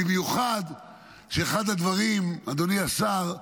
במיוחד כשאחד הדברים, אדוני השר,